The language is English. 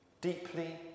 Deeply